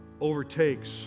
overtakes